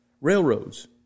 railroads